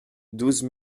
douze